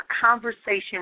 conversation